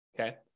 okay